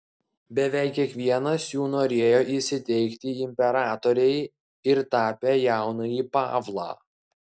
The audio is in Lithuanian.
beveik kiekvienas jų norėjo įsiteikti imperatorei ir tapė jaunąjį pavlą